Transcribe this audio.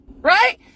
right